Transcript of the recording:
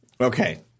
Okay